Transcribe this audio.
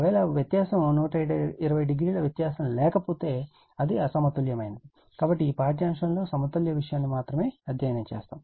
ఒకవేళ వ్యత్యాసం 120 డిగ్రీల వ్యత్యాసం లేకపోతే అది అసమతుల్యమైనది కానీ ఈ పాఠ్యాంశం లో సమతుల్య విషయాన్ని మాత్రమే అధ్యయనం చేస్తాము